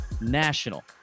National